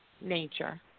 nature